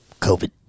COVID